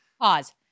Pause